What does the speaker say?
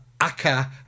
Aka